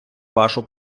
вашу